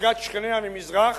הנהגת שכניה ממזרח,